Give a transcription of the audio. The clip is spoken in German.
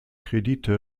kredite